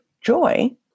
joy